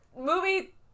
Movie